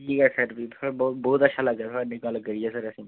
yes sir sir बहुत अच्छा लग्गा सर थुआढ़े नै गल्ल करियै सर असें ई